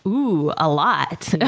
ooh. a lot.